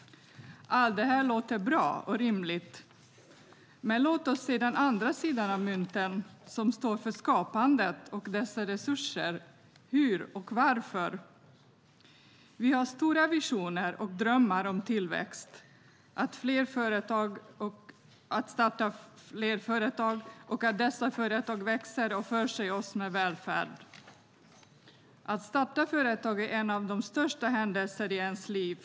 Allt det här låter bra och rimligt, men låt oss se den andra sidan av myntet, som står för skapandet av dessa resurser. Hur och varför? Vi har stora visioner och drömmar om tillväxt, att fler startar företag och att dessa företag växer och förser oss med välfärd. Att starta företag är en av de största händelserna i en människas liv.